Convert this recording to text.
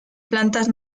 plantas